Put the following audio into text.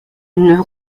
une